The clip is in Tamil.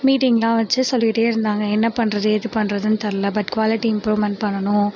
மீட்டிங்கெலாம் வச்சு சொல்லிகிட்டே இருந்தாங்க என்ன பண்ணுறது ஏது பண்ணுறதுன்னு தெரியல பட் குவாலிட்டி இம்ப்ரூவ்மெண்ட் பண்ணணும்